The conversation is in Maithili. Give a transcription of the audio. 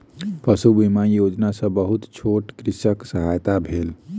पशु बीमा योजना सॅ बहुत छोट कृषकक सहायता भेल